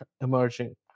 emerging